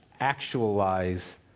Actualize